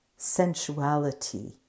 sensuality